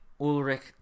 Ulrich